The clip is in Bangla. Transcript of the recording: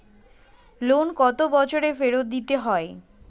লোন কত বছরে ফেরত দিতে হয়?